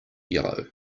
yellow